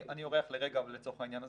אני אורח לרגע לצורך העניין הזה,